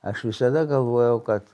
aš visada galvojau kad